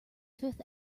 fifth